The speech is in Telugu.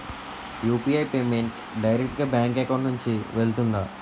యు.పి.ఐ పేమెంట్ డైరెక్ట్ గా బ్యాంక్ అకౌంట్ నుంచి వెళ్తుందా?